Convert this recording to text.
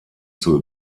zur